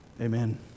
Amen